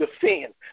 defend